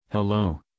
Hello